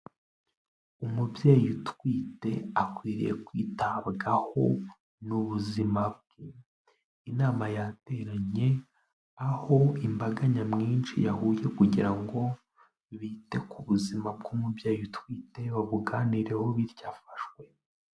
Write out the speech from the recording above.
Umubyeyi utwite akwiriye kwitabwaho mu buzima. Inama yateranye aho imbaga nyamwinshi yahuye kugira ngo bite ku buzima bw'umubyeyi utwite babuganireho bityo afashwe.